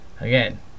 Again